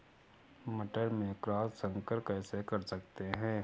मटर में क्रॉस संकर कैसे कर सकते हैं?